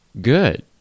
good